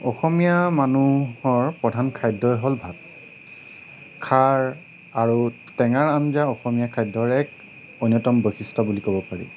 অসমীয়া মানুহৰ প্ৰধান খাদ্যই হ'ল ভাত খাৰ আৰু টেঙাৰ আঞ্জা অসমীয়া খাদ্যৰ এক অন্যতম বৈশিষ্ট্য বুলি ক'ব পাৰি